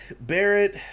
Barrett